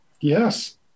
Yes